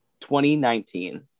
2019